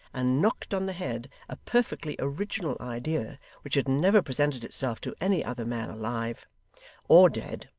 and knocked on the head, a perfectly original idea which had never presented itself to any other man, alive or dead,